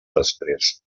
després